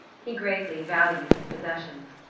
he greatly valued his possessions,